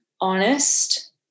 honest